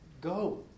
go